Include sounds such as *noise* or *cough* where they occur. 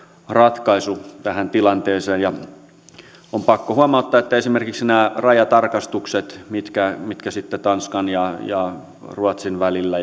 ratkaisu tähän tilanteeseen ja on pakko huomauttaa että esimerkiksi nämä rajatarkastukset mitkä mitkä sitten tanskan ja ruotsin välillä *unintelligible*